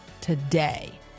today